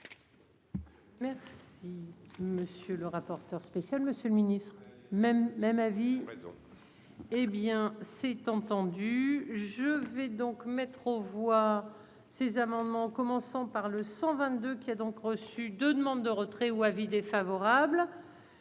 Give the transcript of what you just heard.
Merci, monsieur le rapporteur spécial, monsieur le Ministre même même avis. Hé bien, c'est entendu, je vais donc mettre aux voix, ces amendements commençant par le 122 qui a donc reçu de demande de retrait ou avis défavorable.